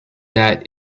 that